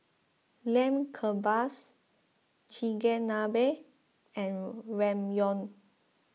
Lamb Kebabs Chigenabe and Ramyeon